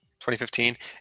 2015